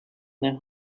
know